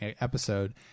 episode